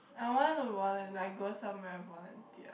I want to volun~ like go somewhere volunteer